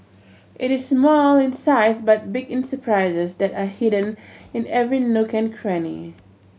it is small in size but big in surprises that are hidden in every nook and cranny